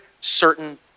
certain